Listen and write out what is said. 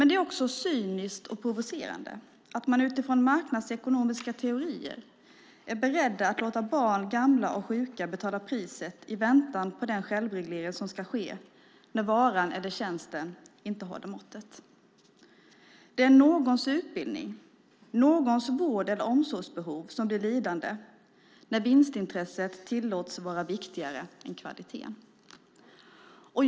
Det är också cyniskt och provocerande att man utifrån marknadsekonomiska teorier är beredd att låta barn, gamla och sjuka betala priset i väntan på den självreglering som ska ske när varan eller tjänsten inte håller måttet. Det är någons utbildning, vård eller omsorgsbehov som blir lidande när vinstintresset tillåts vara viktigare än kvaliteten.